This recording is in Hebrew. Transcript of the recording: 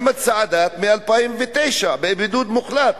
אחמד סעדאת, מ-2009 בבידוד מוחלט.